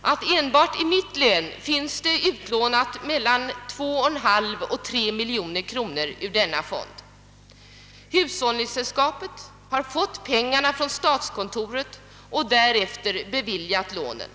att enbart i mitt län finns 2,5 å 3 miljoner kronor utlånade ur denna fond. Hushållningsällskapet har fått pengarna från statskontoret och därefter beviljat lånen.